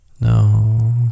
No